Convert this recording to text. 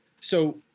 So-